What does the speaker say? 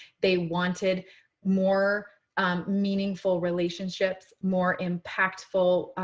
they wanted more meaningful relationships, more impactful,